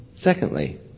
Secondly